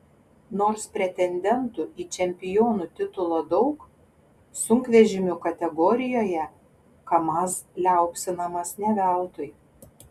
nors pretendentų į čempionų titulą daug sunkvežimių kategorijoje kamaz liaupsinamas ne veltui